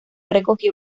recogió